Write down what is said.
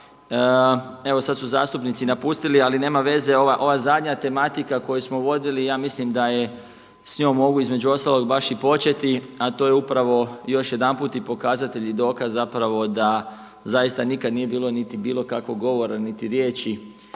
Evo sad su zastupnici napustili, ali nema veze ova zadnja tematika koju smo vodili, ja mislim da je, s njom mogu između ostalog baš i početi, a to je upravo još jedanput i pokazatelj i dokaz zapravo da zaista nikad nije bilo niti bilo kakvog govora niti riječi